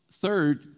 third